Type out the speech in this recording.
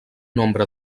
nombre